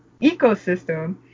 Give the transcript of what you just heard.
ecosystem